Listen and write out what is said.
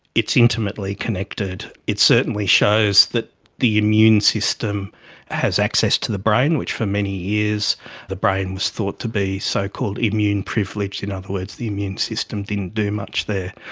it's intimately connected. it certainly shows that the immune system has access to the brain, which for many years the brain was thought to be so-called immune privileged, in other words the immune system didn't do much there.